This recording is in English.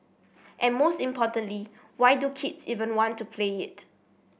and most importantly why do kids even want to play it